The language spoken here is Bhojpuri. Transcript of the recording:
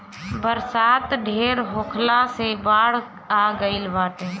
बरसात ढेर होखला से बाढ़ आ गइल बाटे